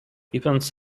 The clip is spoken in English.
events